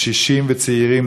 קשישים וצעירים,